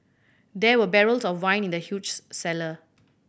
there were barrels of wine in the huge cellar